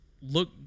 Look